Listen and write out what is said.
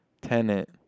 Tenant